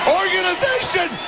organization